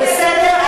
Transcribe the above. בסדר?